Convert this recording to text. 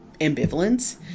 ambivalence